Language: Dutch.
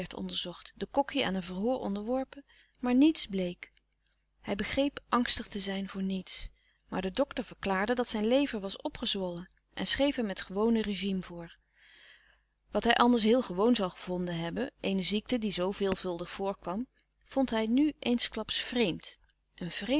onderzocht de kokkie aan een verhoor onderworpen maar niets bleek hij begreep angstig te zijn voor niets maar de dokter verklaarde dat zijn lever was opgezwollen en schreef hem het gewone regime voor wat hij anders heel gewoon zoû gevonden hebben eene ziekte die zoo veelvuldig voorkwam vond hij nu eensklaps vreemd een vreemd